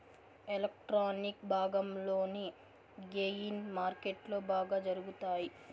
electronic భాగంలోని gain మార్కెట్లో బాగా జరుగుతాయి